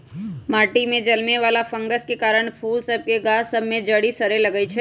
माटि में जलमे वला फंगस के कारन फूल सभ के गाछ सभ में जरी सरे लगइ छै